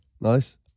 nice